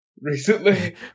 recently